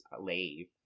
leave